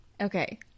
Okay